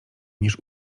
niż